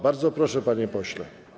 Bardzo proszę, panie pośle.